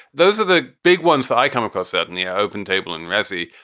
those are the big ones that i come across out in the open table in razzy.